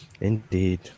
Indeed